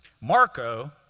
Marco